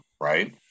right